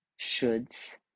shoulds